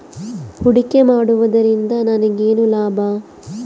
ಹೂಡಿಕೆ ಮಾಡುವುದರಿಂದ ನನಗೇನು ಲಾಭ?